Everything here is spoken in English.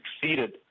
succeeded